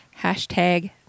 hashtag